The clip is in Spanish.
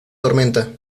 tormenta